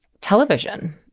television